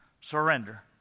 surrender